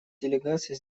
делегаций